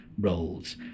roles